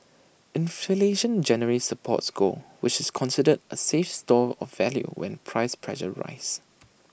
inflation generally supports gold which is considered A safe store of value when price pressures rise